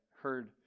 heard